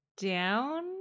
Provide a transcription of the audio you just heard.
Down